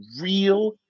real